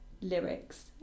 lyrics